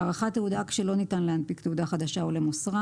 110.הארכת תעודה כשלא ניתן להנפיק תעודה חדשה או למסרה